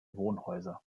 wohnhäuser